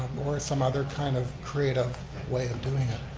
or some other kind of creative way of doing it.